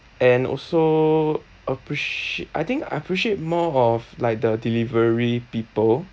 and also apprecia~ I think I appreciate more of like the delivery people